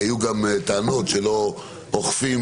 כי היו גם טענות שלא אוכפים,